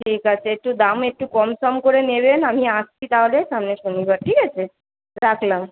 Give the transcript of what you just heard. ঠিক আছে একটু দাম একটু কম সম করে নেবেন আমি আসছি তাহলে সামনের শনিবার ঠিক আছে রাখলাম